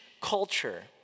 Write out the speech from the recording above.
culture